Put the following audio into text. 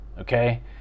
okay